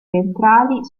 ventrali